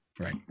Right